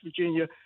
Virginia